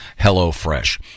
hellofresh